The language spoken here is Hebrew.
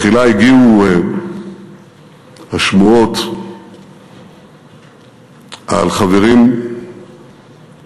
תחילה הגיעו השמועות על חברים ומכרים שנפלו,